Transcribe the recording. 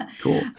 Cool